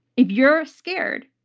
if you're scared,